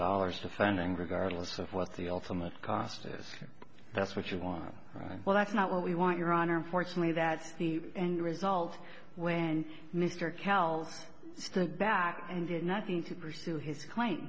dollars defending regardless of what the ultimate cost is that's what you want right well that's not what we want your honor unfortunately that the end result when mr kell stood back and did nothing to pursue his client